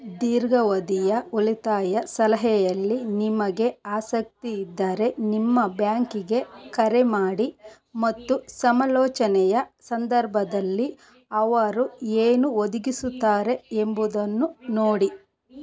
ದೀರ್ಗಾವಧಿಯ ಉಳಿತಾಯ ಸಲಹೆಯಲ್ಲಿ ನಿಮಗೆ ಆಸಕ್ತಿ ಇದ್ದರೆ ನಿಮ್ಮ ಬ್ಯಾಂಕಿಗೆ ಕರೆ ಮಾಡಿ ಮತ್ತು ಸಮಾಲೋಚನೆಯ ಸಂದರ್ಭದಲ್ಲಿ ಅವರು ಏನು ಒದಗಿಸುತ್ತಾರೆ ಎಂಬುದನ್ನು ನೋಡಿ